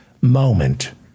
moment